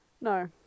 No